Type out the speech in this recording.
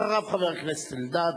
אחריו, חבר הכנסת אלדד,